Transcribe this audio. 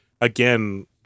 again